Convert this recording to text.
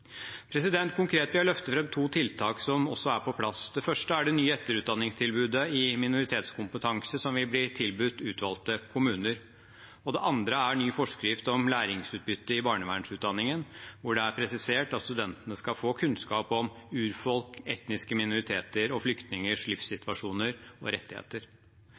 Konkret vil jeg løfte fram to tiltak som også er på plass. Det første er det nye etterutdanningstilbudet i minoritetskompetanse, som vil bli tilbudt utvalgte kommuner. Det andre er ny forskrift om læringsutbytte i barnevernsutdanningen, hvor det er presisert at studentene skal få kunnskap om urfolk, etniske minoriteter og flykningers livssituasjon og rettigheter.